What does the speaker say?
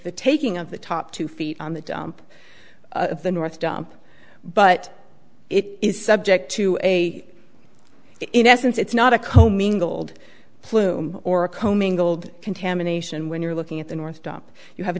the taking of the top two feet on the dump of the north dump but it is subject to a in essence it's not a co mingled plume or commingled contamination when you're looking at the north stop you have a